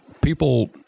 People